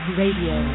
radio